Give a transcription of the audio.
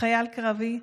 חייל קרבי.